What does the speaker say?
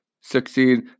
succeed